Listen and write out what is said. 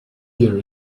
year